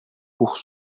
pour